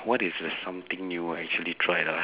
what is the something you will actually tried ah